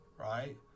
right